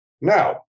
Now